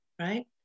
right